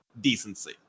decency